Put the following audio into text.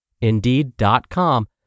Indeed.com